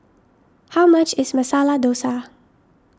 how much is Masala Dosa